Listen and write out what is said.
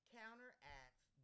counteracts